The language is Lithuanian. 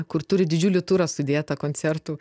kur turi didžiulį turą sudėtą koncertų